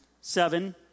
Seven